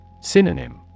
Synonym